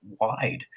wide